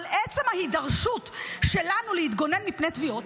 אבל עצם ההידרשות שלנו להתגונן מפני תביעות,